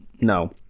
No